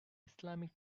islamic